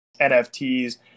nfts